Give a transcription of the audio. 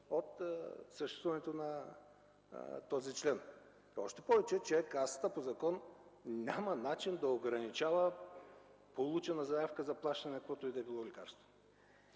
от съществуването на този член. Още повече, че Касата по закон няма начин да ограничава получена заявка за плащане на каквото и да е лекарство.